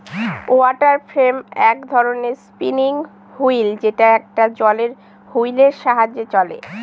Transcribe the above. water frame এক ধরনের spinning wheel যেটা একটা জলের হুইলের সাহায্যে চলে